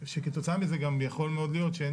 שכתוצאה מזה גם יכול מאוד להיות שאין